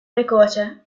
precoce